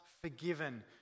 forgiven